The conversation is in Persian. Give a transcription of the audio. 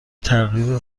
تغییر